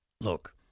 Look